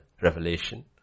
revelation